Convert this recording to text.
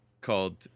called